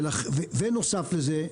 נוסף לזה,